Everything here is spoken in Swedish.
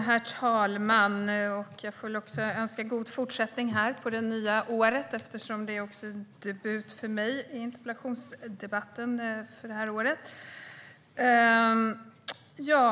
Herr talman! Jag önskar också god fortsättning på det nya året, eftersom det är debut även för mig i interpellationsdebatterna det här året.